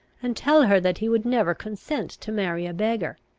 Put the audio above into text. and tell her that he would never consent to marry a beggar.